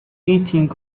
eating